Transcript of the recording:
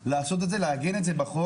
לעשות את זה, לעגן את זה בחוק,